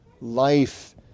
life